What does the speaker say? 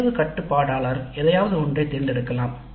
தேர்வு கட்டுப்பாட்டாளர் எதையாவது ஒன்றை தேர்ந்தெடுக்கலாம்